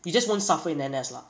you just won't suffer in N_S lah